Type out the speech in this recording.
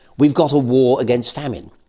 we've got a war against famine,